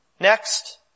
Next